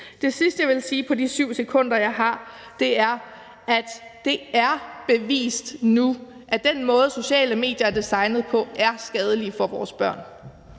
Det sidste, jeg vil sige på de 7 sekunder, jeg har tilbage, er, at det er bevist nu, at den måde, sociale medier er designet på, er skadelig for vores børn.